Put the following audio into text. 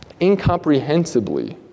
incomprehensibly